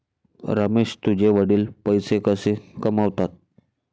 रमेश तुझे वडील पैसे कसे कमावतात?